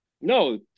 No